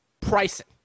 pricing